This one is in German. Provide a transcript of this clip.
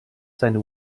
seine